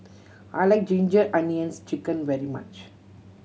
I like Ginger Onions Chicken very much